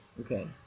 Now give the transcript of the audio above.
Okay